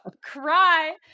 cry